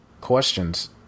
questions